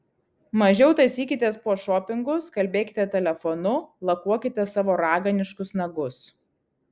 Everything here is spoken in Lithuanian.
mažiau tąsykitės po šopingus kalbėkite telefonu lakuokite savo raganiškus nagus